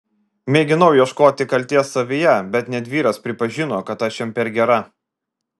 mėginau ieškoti kaltės savyje bet net vyras pripažino kad aš jam per gera